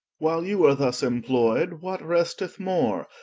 while you are thus imploy'd, what resteth more?